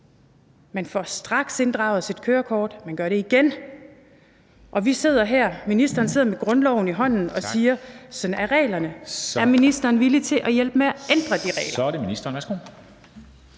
Man får straks inddraget sit kørekort, men man gør det igen. Og ministeren sidder med grundloven i hånden og siger, at sådan er reglerne. Er ministeren villig til at hjælpe med at ændre de regler? Kl. 13:06 Formanden (Henrik